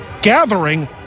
Gathering